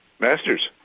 master's